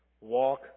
Walk